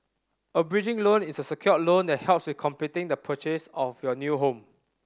a bridging loan is a secured loan that helps with completing the purchase of your new home